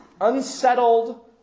Unsettled